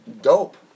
dope